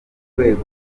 rwego